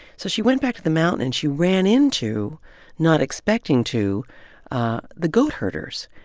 so she went back to the mountain, and she ran into not expecting to the goat herders.